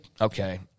Okay